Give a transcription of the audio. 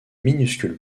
minuscule